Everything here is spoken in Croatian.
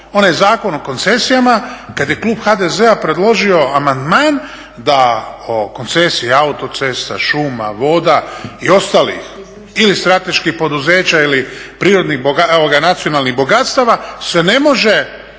onaj Zakon o koncesijama kad je klub HDZ-a predložio amandman da o koncesiji autocesta, šuma, voda i ostalih ili strateških poduzeća ili nacionalnih bogatstava se ne može